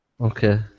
Okay